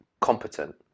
competent